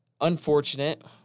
unfortunate